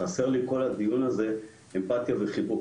חסר לי כל הדיון הזה אמפתיה וחיבוק.